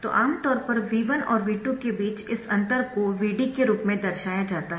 तो आमतौर पर V1 और V2 के बीच के इस अंतर को Vd के रूप में दर्शाया जाता है